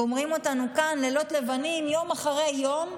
גומרים אותנו כאן, לילות לבנים יום אחרי יום,